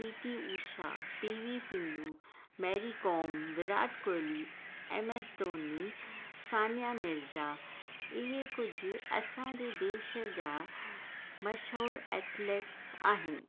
P T Usha P V Sindhu Mary Kom Virat Kohli M S Dhoni Sania Mirza इहे कुझु असांजे देश जा मशहूरु एथलेट्स आहिनि